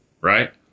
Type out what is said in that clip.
Right